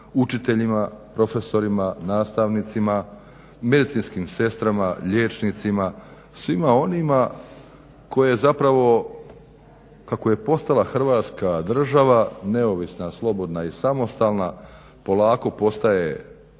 učiteljima, profesorima, nastavnicima, medicinskim sestrama, liječnicima, svim onima koje zapravo kako je postala Hrvatska država neovisna, slobodna i samostalna, polako postaje